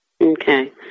Okay